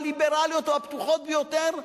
או הליברליות או הפתוחות ביותר,